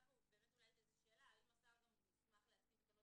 עולה פה שאלה האם השר גם מוסמך להתקין תקנות